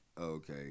okay